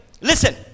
listen